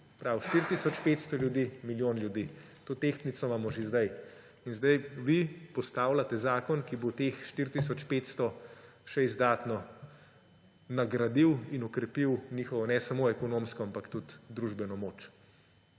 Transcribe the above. tisoč 500 ljudi, milijon ljudi, to tehtnico imamo že zdaj. In zdaj vi postavljate zakon, ki bo teh 4 tisoč 500 še izdatno nagradil in bo okrepil njihovo ne samo ekonomsko, ampak tudi družbeno moč.